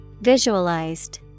Visualized